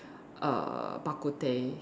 err bak-kut-teh